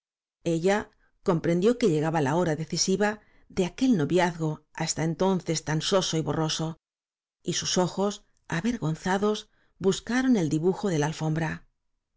ella comprendió que llegaba la hora decisiva de aquel noviazgo hasta entonces tan soso y borroso y sus ojos avergonzados buscaron el dibujo de la alfombra